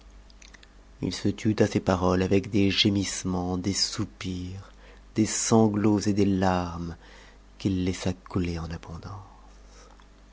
ii se tut à ces paroles avec des gémissements des soupirs des sanglots et des larmes qu'il laissa couler en abondance